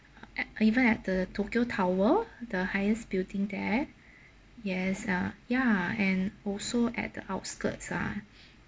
ah at even at the tokyo tower the highest building there yes ah ya and also at the outskirts ah